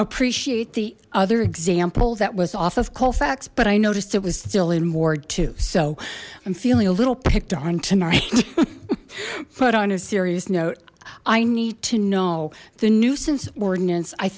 appreciate the other example that was off of colfax but i noticed it was still in ward two so i'm feeling a little picked on tonight but on a serious note i need to know the nuisance ordinance i